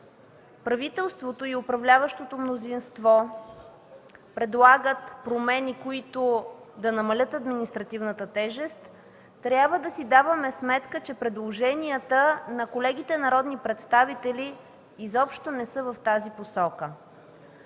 правителството и управляващото мнозинство предлагат промени, които да намалят административната тежест, трябва да си даваме сметка, че предложенията на колегите народни представители изобщо не са в тази посока.